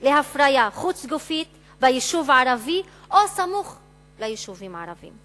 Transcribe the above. להפריה חוץ-גופית ביישוב ערבי או סמוך ליישובים ערביים.